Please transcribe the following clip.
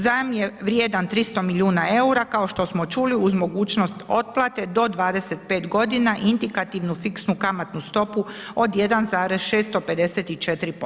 Zajam je vrijedan 300 milijuna eura kao što smo čuli uz mogućnost otplate do 25 godina i indikativnu fiksnu kamatnu stopu od 1,654%